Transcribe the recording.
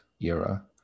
era